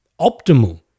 optimal